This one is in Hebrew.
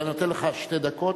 אני נותן לך שתי דקות.